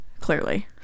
Clearly